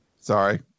Sorry